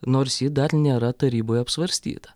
nors ji dar nėra taryboj apsvarstyta